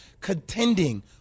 contending